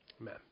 amen